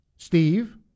Steve